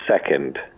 second